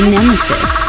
Nemesis